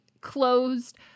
closed